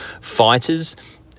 Fighters